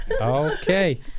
Okay